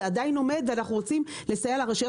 זה עדיין עומד ואנחנו רוצים לסייע לרשויות